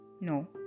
No